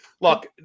look